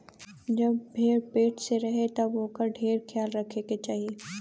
जब भेड़ पेट से रहे तब ओकर ढेर ख्याल रखे के चाही